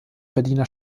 berliner